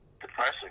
depressing